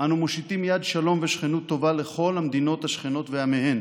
"אנו מושיטים יד שלום ושכנות טובה לכל המדינות השכנות ועמיהן